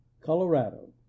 Colorado